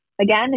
again